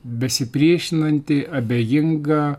besipriešinanti abejinga